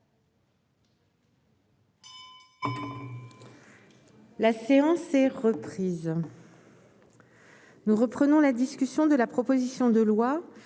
La séance est reprise. Nous reprenons la discussion de la proposition de loi,